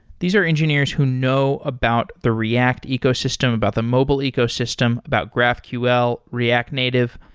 these are engineers who know about the react ecosystem, about the mobile ecosystem, about graphql, react native.